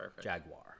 Jaguar